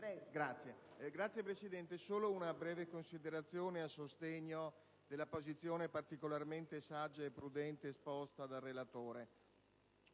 Signora Presidente, vorrei fare una breve considerazione a sostegno della posizione particolarmente saggia e prudente esposta dal relatore.